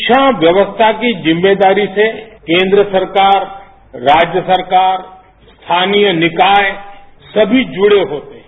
शिक्षा व्यवस्था की जिम्मेदारी से केंद्र सरकार राज्य सरकार स्थानीय निकाय समी जुड़े होते हैं